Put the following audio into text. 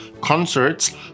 concerts